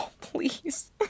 Please